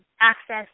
access